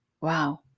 Wow